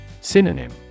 Synonym